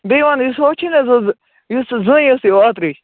بیٚیہِ وَن یُس ہُہ چھُے نا حظ یُس سُہ زٔنۍ ٲسٕے اوترٕچ